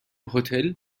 هتل